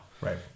Right